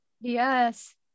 Yes